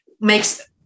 makes